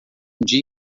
dia